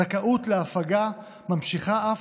הזכאות להפגה ממשיכה אף,